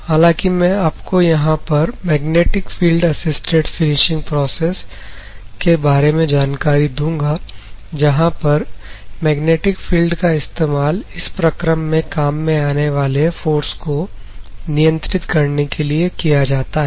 हालांकि मैं आपको यहां पर magnetic field assisted finishing process का बारे में जानकारी दूंगा जहां पर मैग्नेटिक फील्ड का इस्तेमाल इस प्रकरण में काम में आने वाले फोर्स को नियंत्रित करने के लिए किया जाता है